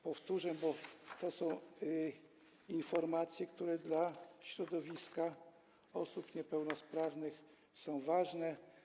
Powtórzę, bo to są informacje, które dla środowiska osób niepełnosprawnych są ważne.